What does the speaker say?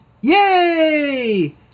Yay